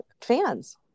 fans